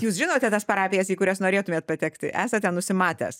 jūs žinote tas parapijas į kurias nenorėtumėt patekti esate nusimatęs